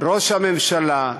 ראש הממשלה,